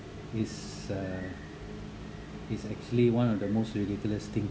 is uh is actually one of the most ridiculous thing